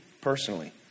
personally